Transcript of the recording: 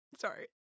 Sorry